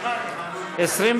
תדירות עבודת לילה),